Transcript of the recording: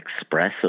expressive